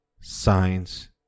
science